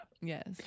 Yes